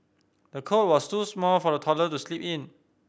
the cot was too small for the toddler to sleep in